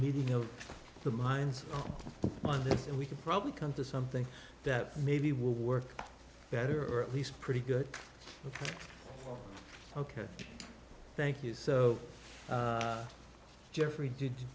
meeting of the minds on this and we could probably come to something that maybe will work better or at least pretty good ok thank you so geoffrey did